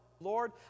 Lord